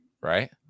Right